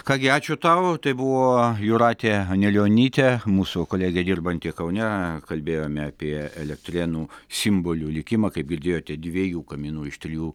ką gi ačiū tau tai buvo jūratė anilionytė mūsų kolegė dirbanti kaune kalbėjome apie elektrėnų simbolių likimą kaip girdėjote dviejų kaminų iš trijų